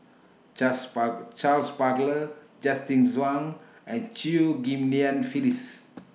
Charles Charles Paglar Justin Zhuang and Chew Ghim Lian Phyllis